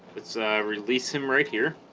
it's ah release him right here